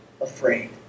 afraid